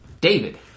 David